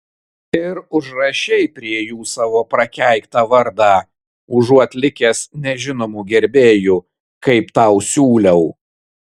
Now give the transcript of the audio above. ir užrašei prie jų savo prakeiktą vardą užuot likęs nežinomu gerbėju kaip tau siūliau